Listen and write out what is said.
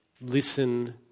Listen